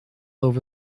over